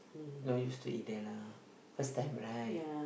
not used to eat there lah first time right